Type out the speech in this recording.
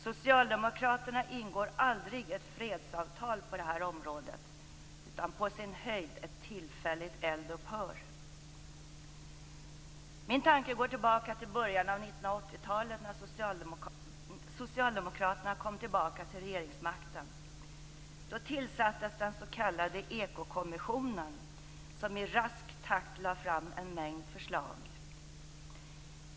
Socialdemokraterna ingår aldrig ett fredsavtal på detta område - på sin höjd ett tillfälligt eldupphör. Tanken går tillbaka till början av 1980-talet, då Socialdemokraterna återkom till regeringsmakten. Då tillsattes den s.k. Ekokommissionen, som i rask takt lade fram en mängd förslag.